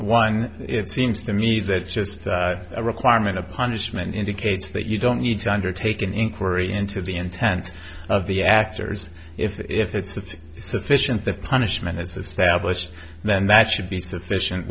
one it seems to me that just a requirement a punishment indicates that you don't need to undertake an inquiry into the intent of the actors if it's sufficient the punishment is established then that should be sufficient